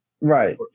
Right